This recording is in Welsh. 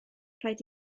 rhaid